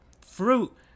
fruit